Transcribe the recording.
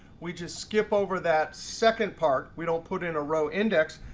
we just skip over that second part. we don't put in a row index.